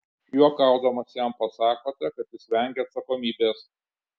juokaudamas jam pasakote kad jis vengia atsakomybės